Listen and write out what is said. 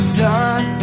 done